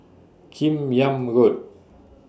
Kim Yam Road